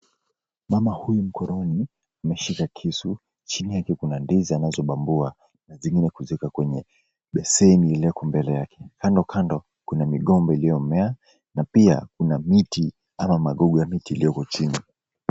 Mama huyu mkononi ameshika kisu ,chini yake kuna ndizi anazobambua na zengine kuziweka kwenye beseni iliyoko mbele yake. Kandokando kuna migomba iliyomea na pia kuna miti ama magogo ya miti iliyoko chini.